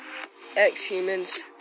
ex-humans